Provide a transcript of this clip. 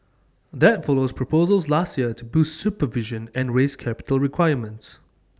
that follows proposals last year to boost supervision and raise capital requirements